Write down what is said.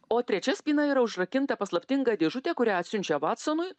o trečia spyna yra užrakinta paslaptinga dėžutė kurią atsiunčia vatsonui